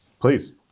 Please